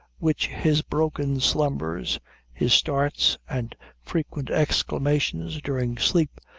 which his broken slumbers his starts, and frequent exclamations during sleep,